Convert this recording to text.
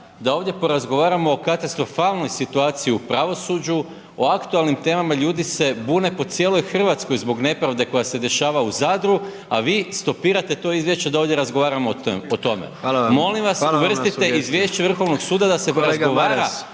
da ovdje porazgovaramo o katastrofalnoj situaciji u pravosuđu, o aktualnim temama. Ljudi se bune po cijeloj Hrvatskoj zbog nepravde koja se dešava u Zadru, a vi stopirate to izvješće da ovdje razgovaramo o tome. Molim vas uvrstite izvješće Vrhovnog suda da se razgovara